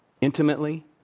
Intimately